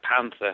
panther